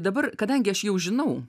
dabar kadangi aš jau žinau